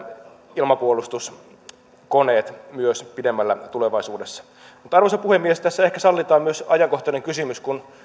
ilmapuolustuskoneet myös pidemmällä tulevaisuudessa arvoisa puhemies tässä ehkä sallitaan myös ajankohtainen kysymys kun